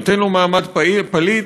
נותן לו מעמד פליט.